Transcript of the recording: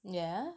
yeah